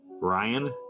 Ryan